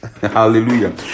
Hallelujah